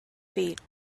feet